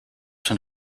zijn